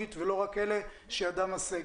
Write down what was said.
הטכנולוגית ולא רק אלה שידם משגת.